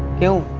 you